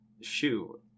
shoe